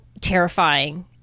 terrifying